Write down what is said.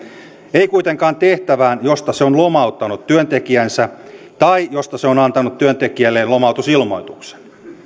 ei kuitenkaan tehtävään josta se on lomauttanut työntekijänsä tai josta se on on antanut työntekijälleen lomautusilmoituksen